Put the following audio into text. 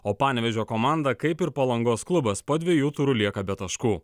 o panevėžio komanda kaip ir palangos klubas po dviejų turų lieka be taškų